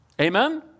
Amen